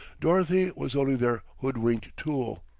dorothy was only their hoodwinked tool.